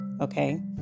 okay